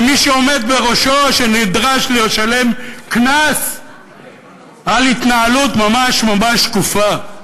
ומי שעומד בראשו נדרש לשלם קנס על התנהלות ממש ממש שקופה.